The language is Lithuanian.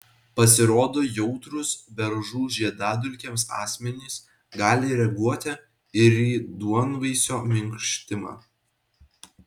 pasirodo jautrūs beržų žiedadulkėms asmenys gali reaguoti ir į duonvaisio minkštimą